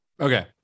Okay